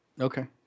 Okay